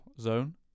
zone